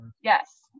Yes